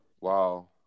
Wow